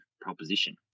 proposition